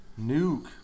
Nuke